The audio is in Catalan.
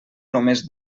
només